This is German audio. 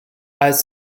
als